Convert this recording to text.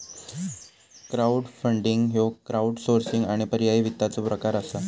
crowdfunding ह्यो crowdsourcing आणि पर्यायी वित्ताचो प्रकार असा